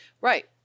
Right